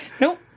nope